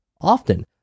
Often